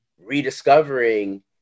Rediscovering